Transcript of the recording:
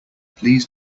please